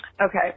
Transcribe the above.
Okay